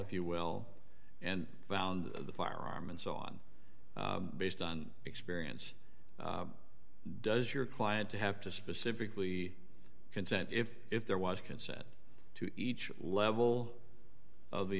if you will and found the firearm and so on based on experience does your client to have to specifically consent if if there was consent to each level of the